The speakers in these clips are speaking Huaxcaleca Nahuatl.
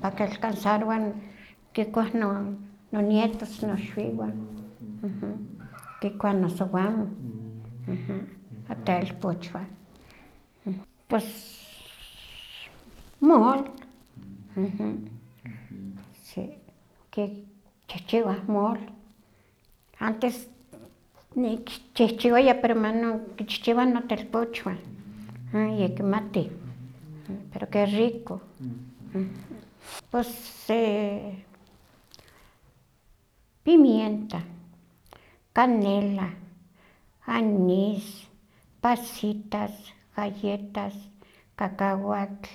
Pa que alcanzarowa kikuah nonietos, noxwiwah, kikua nosiwamoh, notelpochwah. Pos mol, sí, kichihchiwah mol, antes nikchihchiwaya pero manon kichihchiwah notekpochwah, no yikimatih, pero qué rico, pos se, pimienta, canela, aníz, pasitas, galletas, kakahuatl,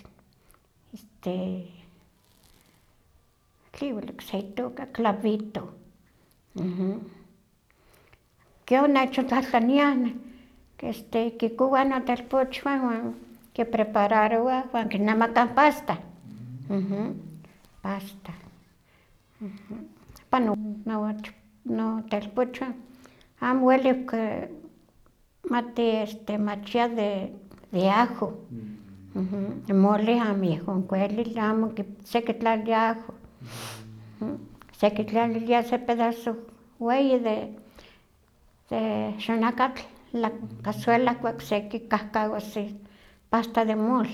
este tlen igual okse itoka clavito, kion nechontlahtlaniah este kikowah notelpochwah kiprepararowah wan kinemakah n pasta, pasta, pano no notelpochwah amo wel kimachia de ajo, mole amo yehon kiwelili sekitlalilia ajo, sekitlalilia se pedazo weyi de xonakatl la cazuela ihkuak sekikahkawas asta de mol.